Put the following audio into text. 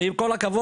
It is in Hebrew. ועם כל הכבוד,